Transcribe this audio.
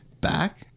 back